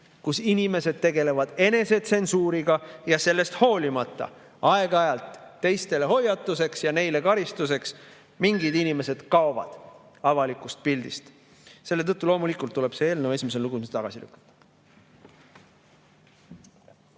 kus inimesed tegelevad enesetsensuuriga, ja sellest hoolimata kaovad aeg-ajalt teistele hoiatuseks ja endale karistuseks mingid inimesed avalikust pildist. Selle tõttu loomulikult tuleb see eelnõu esimesel lugemisel tagasi lükata.